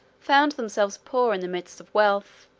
found themselves poor in the midst of wealth,